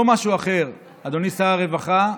לא משהו אחר, אדוני שר הרווח,.